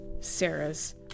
Sarah's